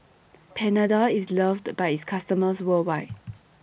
Panadol IS loved By its customers worldwide